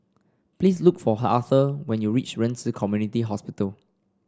please look for Arthur when you reach Ren Ci Community Hospital